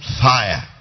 fire